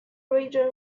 region